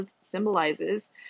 symbolizes